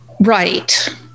Right